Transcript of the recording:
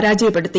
പരാജയപ്പെടുത്തി